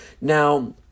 Now